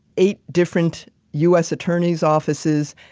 eight different us attorney's offices.